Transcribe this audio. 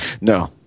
No